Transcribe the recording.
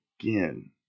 Again